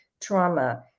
trauma